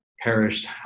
perished